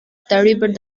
darüber